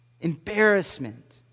Embarrassment